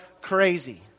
crazy